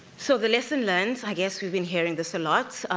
so the lesson learned, i guess we've been hearing this a lot,